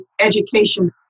education